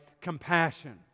compassion